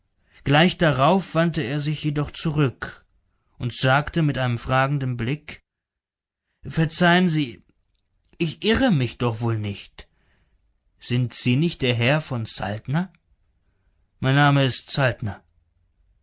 gleich darauf wandte er sich jedoch zurück und sagte mit einem fragenden blick verzeihen sie ich irre mich doch wohl nicht sind sie nicht der herr von saltner mein name ist